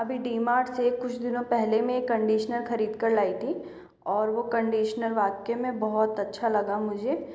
अभी डी मार्ट से कुछ दिनों पहले मैं एक कंडीशनर खरीद कर लाई थी और वो कंडीशनर वाकई में बहुत अच्छा लगा मुझे